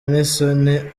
n’isoni